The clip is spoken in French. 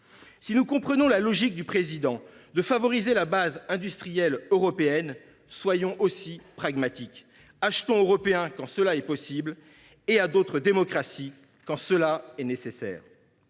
Si nous comprenons la logique du président de favoriser la base industrielle européenne, soyons pragmatiques : achetons européen quand c’est possible et achetons à d’autres démocraties quand c’est nécessaire.